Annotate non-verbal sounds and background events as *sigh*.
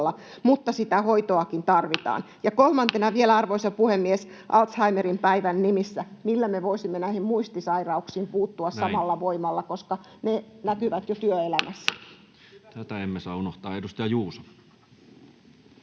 mutta sitä hoitoakin tarvitaan *noise* Ja kolmantena vielä, arvoisa puhemies, Alzheimerin päivän nimissä: millä me voisimme näihin muistisairauksiin puuttua samalla voimalla [Puhemies: Näin!] koska ne näkyvät jo työelämässä? Tätä emme saa unohtaa. — Edustaja Juuso.